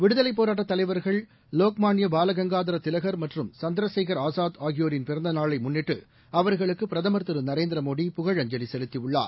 விடுதலைப் போராட்டதலைவர்கள் லோக்மான்யபாலகங்காதரதிலகர் மற்றும் சந்திரசேகர் ஆஸாத் பிறந்தநாளைமுன்னிட்டுஅவர்களுக்குபிரதமர் ஆகியோரின் நரேந்திரமோடி திரு புகழஞ்சலிசெலுத்தியுள்ளார்